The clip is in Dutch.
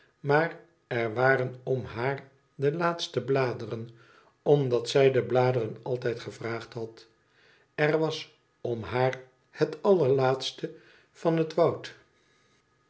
maar er waren om haar de laatste bladeren omdat zij de bladeren altijd gevraagd had er was om haar het allerlaatste van het woud